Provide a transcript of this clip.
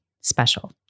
special